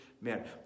man